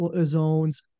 zones